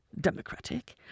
democratic